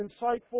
insightful